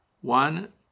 one